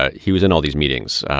ah he was in all these meetings,